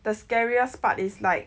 the scariest part is like